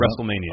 WrestleMania